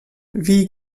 wie